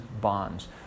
bonds